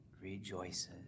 rejoices